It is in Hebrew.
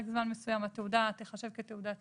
זמן מסוים התעודה תיחשב כתעודת סיוע,